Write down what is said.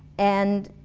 and,